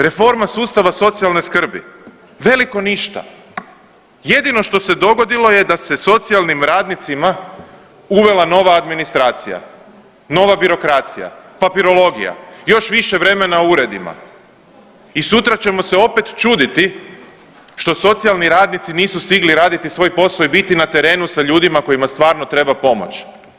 Reforma sustava socijalne skrbi, veliko ništa. jedino što se dogodilo je da se socijalnim radnicima uvela nova administracija, nova birokracija, papirologija, još više vremena u uredima i sutra ćemo se opet čuditi što socijalni radnici nisu stigli raditi svoj posao i biti na terenu sa ljudima kojima stvarno treba pomoć.